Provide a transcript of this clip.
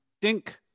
Dink